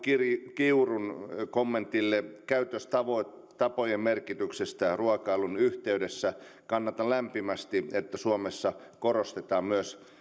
kiurun kommentille käytöstapojen merkityksestä ruokailun yhteydessä kannatan lämpimästi että suomessa korostetaan myös